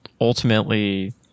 ultimately